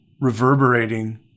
reverberating